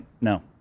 no